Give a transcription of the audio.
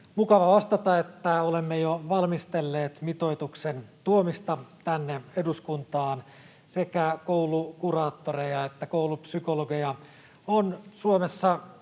mukava vastata, että olemme jo valmistelleet mitoituksen tuomista tänne eduskuntaan. Sekä koulukuraattoreja että koulupsykologeja on Suomessa